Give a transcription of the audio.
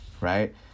right